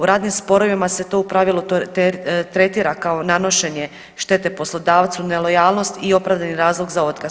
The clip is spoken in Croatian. U radnim sporovima se to u pravilu tretira kao nanošenje štete poslodavcu, nelojalnost i opravdani razlog za otkaz.